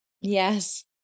Yes